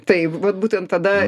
taip vat būtent tada